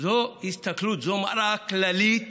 זו הסתכלות, זו מראה כללית